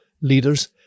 leaders